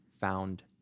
found